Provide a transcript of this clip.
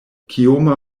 kioma